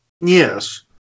Yes